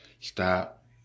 stop